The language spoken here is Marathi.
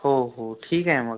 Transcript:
हो हो ठीक आहे मग